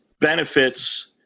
benefits